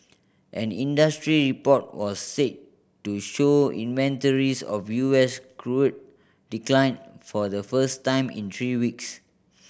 an industry report was said to show inventories of U S crude declined for the first time in three weeks